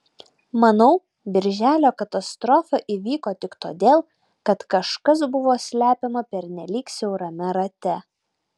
manau birželio katastrofa įvyko tik todėl kad kažkas buvo slepiama pernelyg siaurame rate